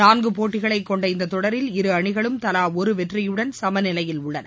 நான்கு போட்டிகளைக் கொண்ட இந்த தொடரில் இரு அணிகளும் தலா ஒரு வெற்றியுடன் சமநிலையில் உள்ளன